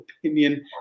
opinion